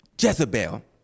Jezebel